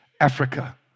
Africa